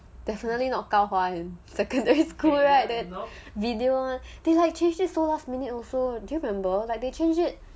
definitely not 高华 in secondary school right that the video one they like change it so last minute also do you remember like they change it